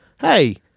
hey